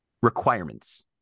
requirements